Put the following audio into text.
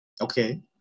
Okay